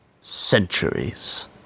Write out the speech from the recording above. Centuries